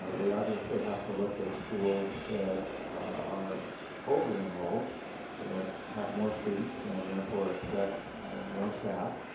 we obviously have to look at schools that are over enrolled that have more students and therefore expect more staff.